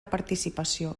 participació